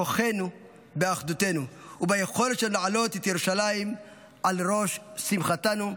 כוחנו באחדותנו וביכולת שלנו להעלות את ירושלים על ראש שמחתנו.